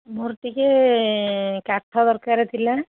ମୋର ଟିକିଏ କାଠ ଦରକାର ଥିଲା